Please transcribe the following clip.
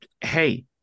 Hey